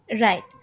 Right